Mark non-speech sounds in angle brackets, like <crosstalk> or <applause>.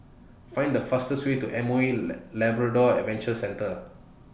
Find The fastest Way to M O E <unintelligible> Labrador Adventure Centre